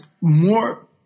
more